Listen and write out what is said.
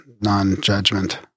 non-judgment